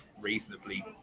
Reasonably